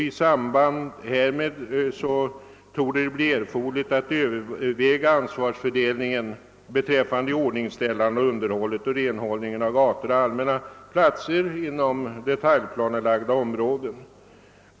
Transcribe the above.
I samband härmed torde det bli erforderligt att överväga ansvarsfördelningen beträffande iordningställande och underhåll samt renhållning av gator och allmänna platser: inom detaljplanelagda områden.